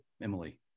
Emily